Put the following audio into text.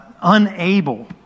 unable